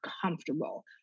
comfortable